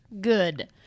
good